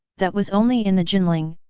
that was only in the jinling,